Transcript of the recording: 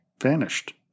vanished